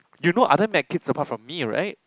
do you know other med kids apart from me right